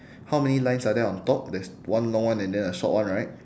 how many lines are there on top there's one long one and then a short one right